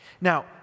Now